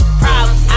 problems